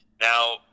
Now